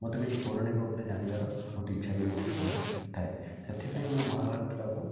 ମୋତେ କିଛି ପୌରାଣିକ ଉପରେ ଜାଣିବାର ବହୁତ ଇଚ୍ଛା ବି ମଧ୍ୟ ସବୁବେଳେ ଥାଏ ସେଥିପାଇଁ ମୁଁ ମହାଭାରତଟା କୁ